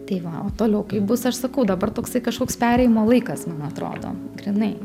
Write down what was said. tai va o toliau kaip bus aš sakau dabar toksai kažkoks perėjimo laikas man atrodo grynai